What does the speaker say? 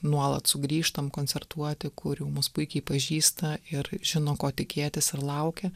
nuolat sugrįžtam koncertuoti kur jau mus puikiai pažįsta ir žino ko tikėtis ir laukia